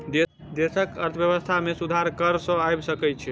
देशक अर्थव्यवस्था में सुधार कर सॅ आइब सकै छै